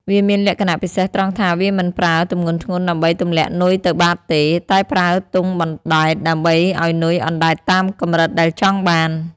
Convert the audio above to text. វាមានលក្ខណៈពិសេសត្រង់ថា វាមិនប្រើទម្ងន់ធ្ងន់ដើម្បីទម្លាក់នុយទៅបាតទេ តែប្រើទង់បណ្ដែតដើម្បីឲ្យនុយអណ្ដែតតាមកម្រិតដែលចង់បាន។